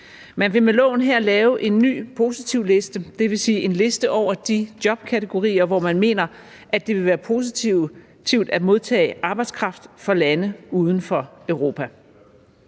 Man vil med lovforslaget her lave en ny positivliste, det vil sige en liste over de jobkategorier, hvor man mener, at det vil være positivt at modtage arbejdskraft fra lande uden for Europa.